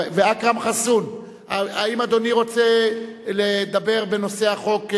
ואכרם חסון, האם אדוני רוצה לדבר בנושא החוק?